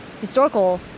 historical